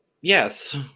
Yes